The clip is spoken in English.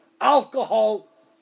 Alcohol